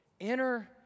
Enter